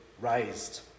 raised